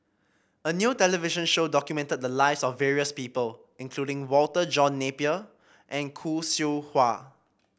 a new television show documented the lives of various people including Walter John Napier and Khoo Seow Hwa